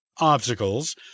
obstacles